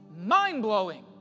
mind-blowing